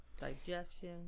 digestion